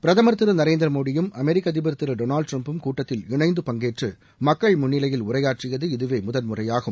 பிரதமர் திரு நரேந்திர மோடியும் அமெரிக்க அதிபர் திரு டொனாவ்டு டிரம்பும் கூட்டத்தில் இணைந்து பங்கேற்று மக்கள் முன்னிவையில் உரையாற்றியது இதுவே முதல் முறையாகும்